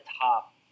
top